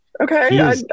Okay